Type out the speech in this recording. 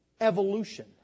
Evolution